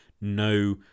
No